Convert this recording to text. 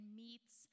meets